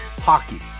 hockey